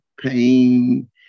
pain